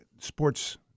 sports